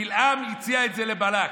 בלעם הציע את זה לבלק.